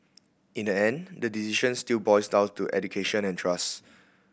in the end the decision still boils down to education and trust